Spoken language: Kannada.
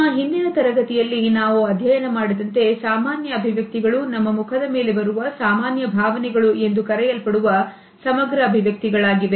ನಮ್ಮ ಹಿಂದಿನ ತರಗತಿಯಲ್ಲಿ ನಾವು ಅಧ್ಯಯನ ಮಾಡಿದಂತೆ ಸಾಮಾನ್ಯ ಅಭಿವ್ಯಕ್ತಿಗಳು ನಮ್ಮ ಮುಖದ ಮೇಲೆ ಬರುವ ಸಾಮಾನ್ಯ ಭಾವನೆಗಳು ಎಂದು ಕರೆಯಲ್ಪಡುವ ಸಮಗ್ರ ಅಭಿವ್ಯಕ್ತಿಗಳಾಗಿವೆ